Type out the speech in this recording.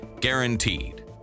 guaranteed